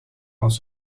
als